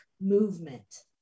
movement